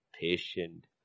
patient